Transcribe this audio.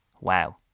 wow